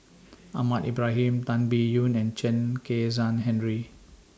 Ahmad Ibrahim Tan Biyun and Chen Kezhan Henri